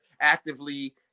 actively